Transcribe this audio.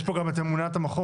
יש פה גם את ממונת המחוז,